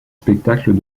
spectacles